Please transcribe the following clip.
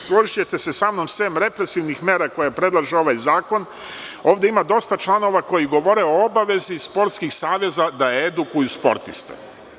Složićete se samnom da sem represivnih mera koje predlaže ovaj zakon, ovde ima dosta članova koji govore o obavezi sportskih saveza da edukuju sportiste.